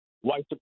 white